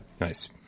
Nice